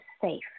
safe